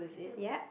yup